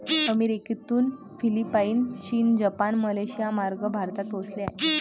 अमेरिकेतून फिलिपाईन, चीन, जपान, मलेशियामार्गे भारतात पोहोचले आहे